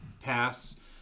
pass